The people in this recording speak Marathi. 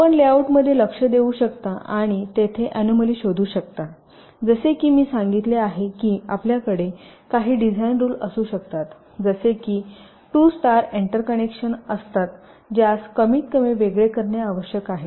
आपण लेआउटमध्ये लक्ष देऊ शकता आणि तेथे अनोमली शोधू शकता जसे की मी सांगितले आहे की आपल्याकडे काही डिझाइन रुल असू शकतात जसे की 2 स्टार एंटर कनेक्शन असतात ज्यास कमीतकमी वेगळे करणे आवश्यक आहे